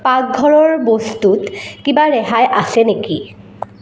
পাকঘৰৰ বস্তুত কিবা ৰেহাই আছে নেকি